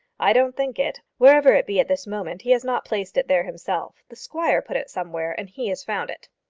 i don't think it. wherever it be at this moment, he has not placed it there himself. the squire put it somewhere, and he has found it.